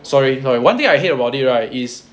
sorry sorry one thing I hate about it right is